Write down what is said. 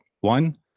one